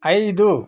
ಐದು